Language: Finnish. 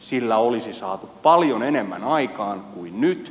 sillä olisi saatu paljon enemmän aikaan kuin nyt